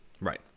Right